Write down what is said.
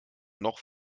noch